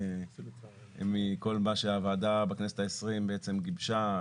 מכל מה שהוועדה בכנסת ה-20 גיבשה,